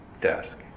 desk